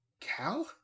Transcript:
Cal